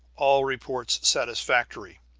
all reports satisfactory.